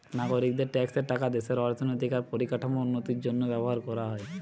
নাগরিকদের ট্যাক্সের টাকা দেশের অর্থনৈতিক আর পরিকাঠামোর উন্নতির জন্য ব্যবহার কোরা হয়